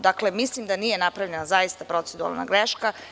Dakle, mislim da zaista nije napravljena proceduralna greška.